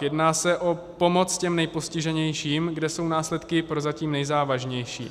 Jedná se o pomoc těm nejpostiženějším, kde jsou následky prozatím nejzávažnější.